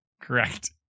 Correct